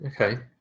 okay